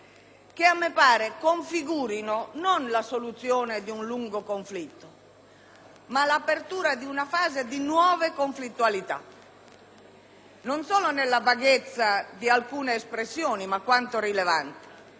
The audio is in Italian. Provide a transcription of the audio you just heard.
che mi sembra configurino non già la soluzione di un lungo conflitto, ma l'apertura di una fase di nuove conflittualità, non solo per la vaghezza di alcune espressioni alquanto rilevanti,